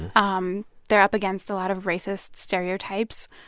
um they're up against a lot of racist stereotypes.